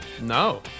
No